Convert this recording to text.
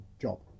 job